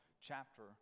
chapter